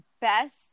Best